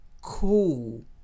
cool